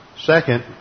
Second